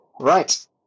Right